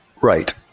Right